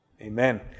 Amen